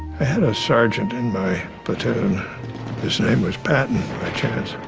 i had a sergeant in my platoon. his name was patton, by chance.